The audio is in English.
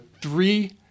three –